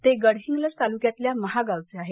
ते गडहिंग्लज तालुक्यातल्या महागावचे आहेत